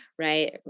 right